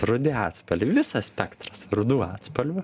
rudi atspalviai visas spektras rudų atspalvių